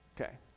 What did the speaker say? Okay